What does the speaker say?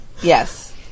Yes